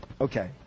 Okay